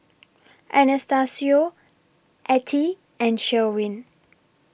Anastacio Ettie and Sherwin